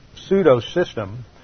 pseudo-system